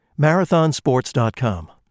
Marathonsports.com